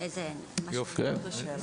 יופי.